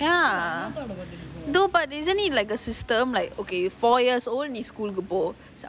ya no but isn't it like the system like okay four years நீ:nee school போ